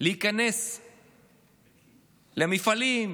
להיכנס למפעלים,